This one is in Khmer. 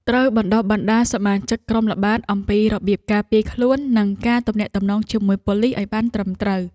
ត្រូវបណ្តុះបណ្តាលសមាជិកក្រុមល្បាតអំពីរបៀបការពារខ្លួននិងការទំនាក់ទំនងជាមួយប៉ូលីសឱ្យត្រឹមត្រូវ។